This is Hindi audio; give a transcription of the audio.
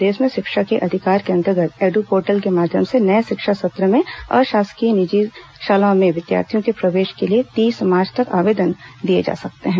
प्रदेश में शिक्षा के अधिकार के अंतर्गत एडूपोर्टल के माध्यम से नए शिक्षा सत्र में अशासकीय निजी शालाओं में विद्यार्थियों के प्रवेश के लिए तीस मार्च तक आवेदन दिए जा सकते हैं